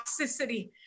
toxicity